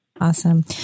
Awesome